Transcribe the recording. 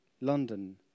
London